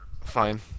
Fine